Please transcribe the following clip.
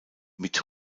mit